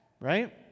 right